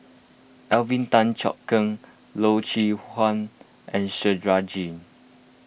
Alvin Tan Cheong Kheng Loy Chye Huan and S Rajendran